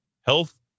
health